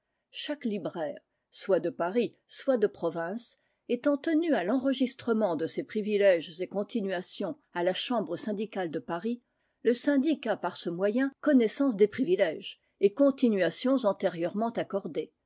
chaque libraire soit de paris soit de province étant tenu à l'enregistrement de ses privilèges et continuations à la chambre syndicale de paris le syndic a par ce moyen connaissance des privilèges et continuations antérieurement accordés